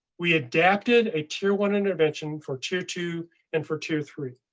we adapted a tier one intervention for tier two and for tier three.